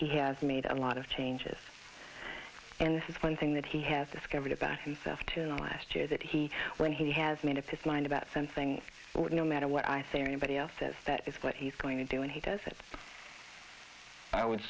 he has made a lot of changes and this is one thing that he has discovered about himself to last year that he when he has made up his mind about something no matter what i think anybody else says that is what he's going to do and he does it i would